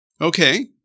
Okay